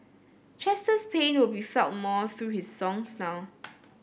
Chester's pain will be felt more through his songs now